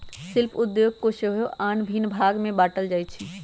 शिल्प उद्योग के सेहो आन भिन्न भाग में बाट्ल जाइ छइ